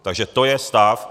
Takže to je stav.